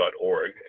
.org